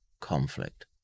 conflict